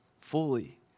fully